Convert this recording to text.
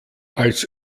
als